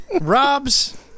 Rob's